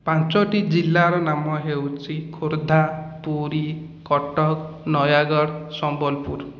ପାଞ୍ଚଟି ଜିଲ୍ଲାର ନାମ ହେଉଛି ଖୋର୍ଦ୍ଧା ପୁରୀ କଟକ ନୟାଗଡ଼ ସମ୍ବଲପୁର